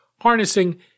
harnessing